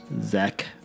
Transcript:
Zach